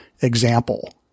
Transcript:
example